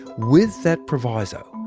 with that proviso,